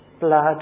blood